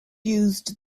used